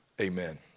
Amen